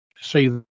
see